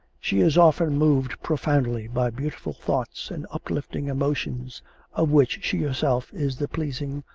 she is often moved profoundly by beautiful thoughts and uplifting emotions of which she herself is the pleasing,